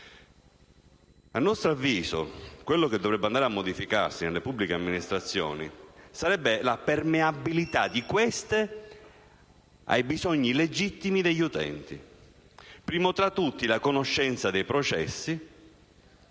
A nostro avviso, quello che dovrebbe andare a modificarsi nelle pubbliche amministrazioni sarebbe quindi la permeabilità di queste ai bisogni legittimi degli utenti (primo tra tutti la conoscenza dei processi